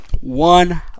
One